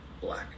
black